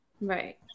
Right